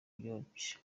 byacu